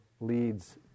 leads